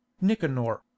Nicanor